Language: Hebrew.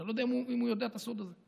ואני לא יודע אם הוא יודע את הסוד הזה: